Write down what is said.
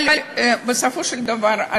אבל בסופו של דבר,